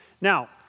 Now